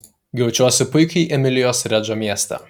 jaučiuosi puikiai emilijos redžo mieste